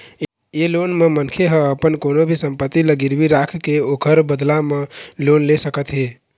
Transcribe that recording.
ए loan म मनखे ह अपन कोनो भी संपत्ति ल गिरवी राखके ओखर बदला म लोन ले सकत हे